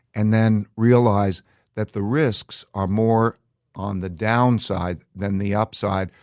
and then realize that the risks are more on the downside than the upside.